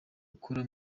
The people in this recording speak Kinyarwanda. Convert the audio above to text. ukora